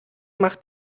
macht